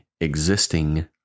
existing